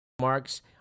marks